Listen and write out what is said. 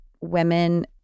women